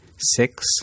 six